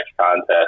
contest